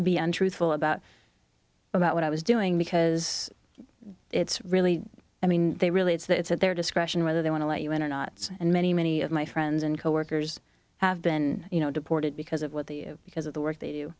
be untruthful about about what i was doing because it's really i mean they really it's that it's at their discretion whether they want to let you in or nots and many many of my friends and coworkers have been you know deported because of what the because of the work they do